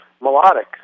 melodic